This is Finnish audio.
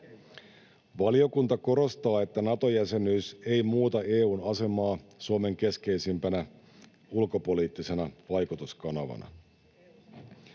Valiokunta korostaa, että Nato-jäsenyys ei muuta EU:n asemaa Suomen keskeisimpänä ulkopoliittisena vaikutuskanavana.